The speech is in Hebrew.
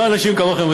לא אנשים כמוכם,